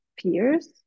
fears